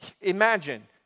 imagine